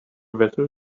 vessel